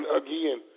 again